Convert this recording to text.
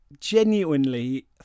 genuinely